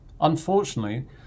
Unfortunately